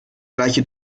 gleiche